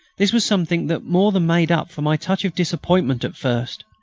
this was something that more than made up for my touch of disappointment at first.